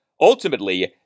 Ultimately